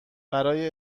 برای